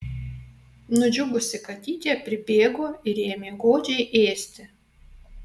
nudžiugusi katytė pribėgo ir ėmė godžiai ėsti